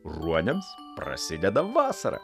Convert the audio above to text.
ruoniams prasideda vasara